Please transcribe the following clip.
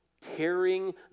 tearing